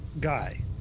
guy